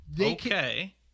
Okay